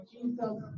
Jesus